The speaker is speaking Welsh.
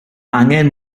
angen